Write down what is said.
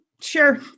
Sure